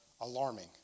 alarming